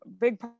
big